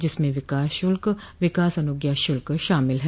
जिसमें विकास शुल्क विकास अनुज्ञा शुल्क शामिल है